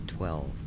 Twelve